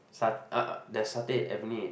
sa~ uh there's satay in Avenue Eight